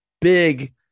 big